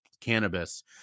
cannabis